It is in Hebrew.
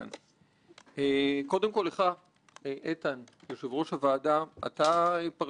ולעשות דברים משמעותיים בשורה ארוכה של דברים בצורה מעוררת השתאות.